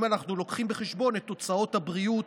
אם אנחנו לוקחים בחשבון את הוצאות הבריאות,